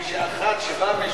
אחד שבא,